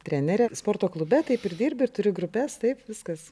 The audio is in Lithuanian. trenere sporto klube taip ir dirbi ir turi grupes taip viskas